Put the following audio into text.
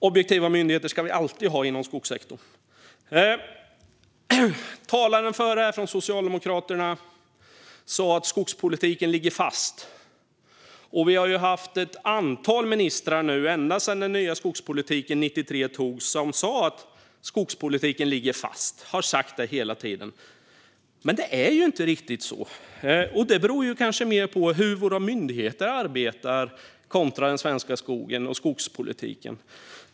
Objektiva myndigheter ska vi alltid ha inom skogssektorn. Talaren före från Socialdemokraterna sa att skogspolitiken ligger fast. Vi har ända sedan den nya skogspolitiken antogs 1993 haft ett antal ministrar som hela tiden sagt att skogspolitiken ligger fast. Men det är inte riktigt så, och det beror kanske mer på hur våra myndigheter arbetar när det gäller den svenska skogen och skogspolitiken.